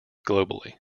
globally